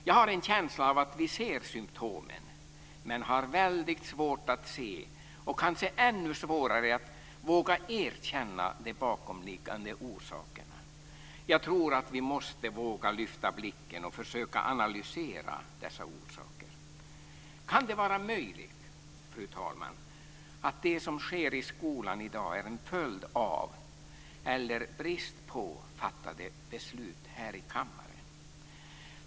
Jag har en känsla av att vi ser symtomen men har väldigt svårt att se och kanske ännu svårare att våga erkänna de bakomliggande orsakerna. Jag tror att vi måste våga lyfta blicken och försöka analysera dessa orsaker. Kan det vara möjligt, fru talman, att det som sker i skolan i dag är en följd av - eller brist på - fattade beslut här i kammaren?